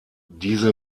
diese